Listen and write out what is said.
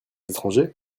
étrangers